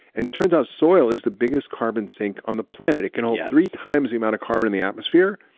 and turns out soil is the biggest carbon sink on the planet. it can hold three times the amount of carbon in the atmosphere,